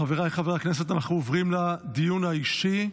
חבריי חברי הכנסת אנחנו עוברים לדיון האישי.